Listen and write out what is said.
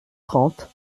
trente